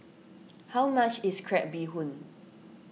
how much is Crab Bee Hoon